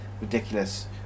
Ridiculous